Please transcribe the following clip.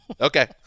Okay